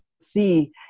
see